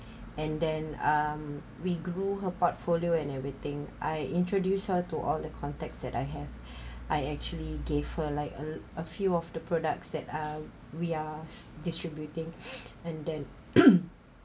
and then um we grew her portfolio and everything I introduce her to all the contacts that I have I actually gave her like a a few of the products that uh we are distributing and then